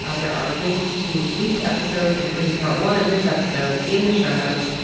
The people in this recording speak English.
ah there are links to bleeped episodes, including part one of this episode in the show notes.